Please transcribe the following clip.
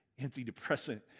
antidepressant